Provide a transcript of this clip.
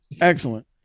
Excellent